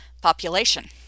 population